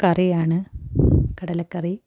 കറിയാണ് കടല കറി